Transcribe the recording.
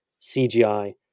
CGI